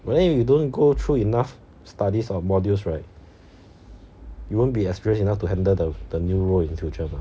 but then if you don't go through enough studies or modules right you won't be experience enough to handle the the new role in the future